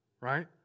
right